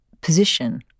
position